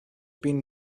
been